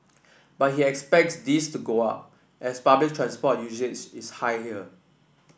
but he expect this to go up as public transport usage is high here